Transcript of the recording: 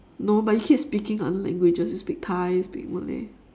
no but you keep speaking other languages you speak thai you speak malay